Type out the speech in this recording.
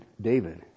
David